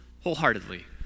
wholeheartedly